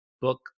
book